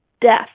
death